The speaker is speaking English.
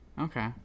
Okay